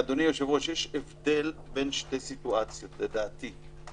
אגב, יש הבדל בין שתי סיטואציות לדעתי.